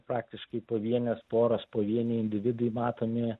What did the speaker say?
praktiškai pavienės poros pavieniai individai matomi